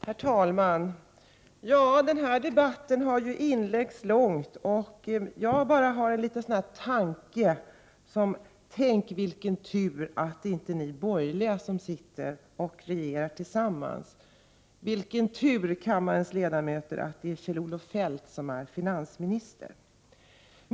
Herr talman! Den här debatten har ju inletts med långa anföranden, och en been reflexion som jag gjorde var: Tänk vilken tur att det inte är ni borgerliga om regerar tillsammans! Vilken tur, kammarens ledamöter, att det är Kjell-Olof Feldt som är finansminister!